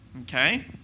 Okay